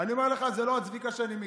אני אומר לך: זה לא הצביקה שאני מכיר.